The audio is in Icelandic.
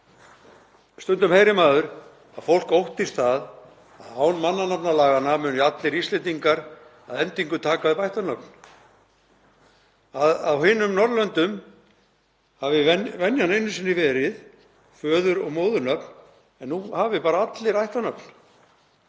Stundum heyrir maður að fólk óttist það að án mannanafnalaga muni allir Íslendingar að endingu taka upp ættarnöfn. Á hinum Norðurlöndunum hafi venjan einu sinni verið föður- og móðurnöfn en nú hafi bara allir ættarnöfn.